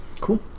cool